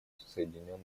соединенных